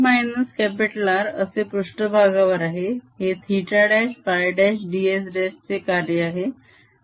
इथे r R असे पृष्ठभागावर आहे हे θ' φ' ds' चे कार्य आहे